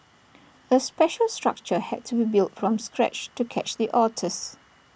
A special structure had to be built from scratch to catch the otters